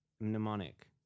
Mnemonic